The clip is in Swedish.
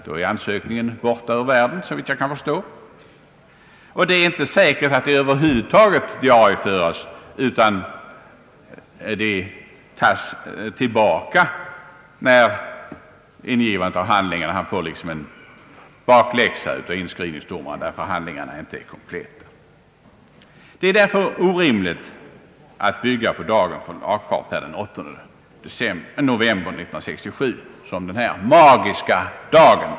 Då är ansökningen ur världen, såvitt jag kan förstå, och det är inte säkert att den över huvud taget diarieföres; vederbörande får liksom en bakläxa av inskrivningsdomaren, därför att handlingarna inte är kompletta och tar därför köpeavtalet med sig hem i och för komplettering. Med hänsyn till allt detta är det orimligt att bygga på dagen för lagfartsansökan per den 8 november 1967 som den magiska dagen.